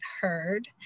heard